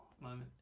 moment